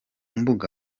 mbuga